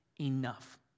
enough